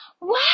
Wow